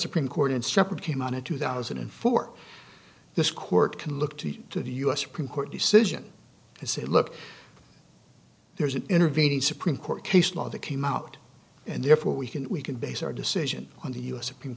supreme court and separate came out of two thousand and four this court can look to the u s supreme court decision and say look there's an intervening supreme court case law that came out and therefore we can we can base our decision on the u s supreme